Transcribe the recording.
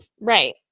Right